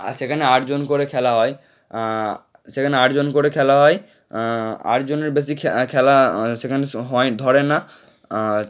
আর সেখানে আট জন করে খেলা হয় সেখানে আট জন করে খেলা হয় আট জনের বেশি খে খেলা সেখানে স হয় ধরে না আর